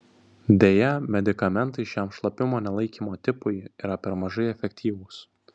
deja medikamentai šiam šlapimo nelaikymo tipui yra per mažai efektyvūs